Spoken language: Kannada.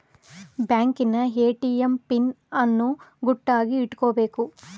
ಬ್ಯಾಂಕಿನ ಎ.ಟಿ.ಎಂ ಪಿನ್ ಅನ್ನು ಗುಟ್ಟಾಗಿ ಇಟ್ಕೊಬೇಕು